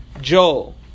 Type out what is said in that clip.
Joel